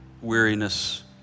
weariness